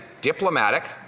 diplomatic